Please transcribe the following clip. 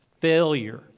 failure